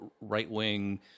right-wing